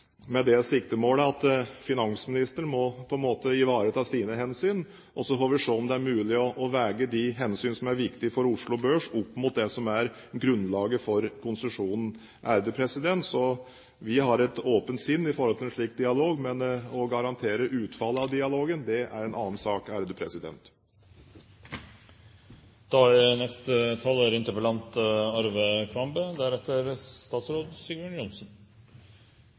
med det siktemålet at finansministeren på en måte må ivareta sine hensyn, og så får vi se om det er mulig å veie de hensyn som er viktig for Oslo Børs opp mot det som er grunnlaget for konsesjonen. Vi har et åpent sinn når det gjelder en slik dialog, men å garantere utfallet av dialogen er en annen sak. Jeg deler statsrådens historiebeskrivelse. I forbindelse med privatisering og deretter